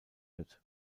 wird